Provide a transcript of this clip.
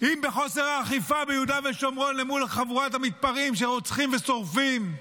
אם בחוסר האכיפה ביהודה ושומרון למול חבורת המתפרעים שרוצחים ושורפים,